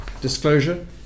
disclosure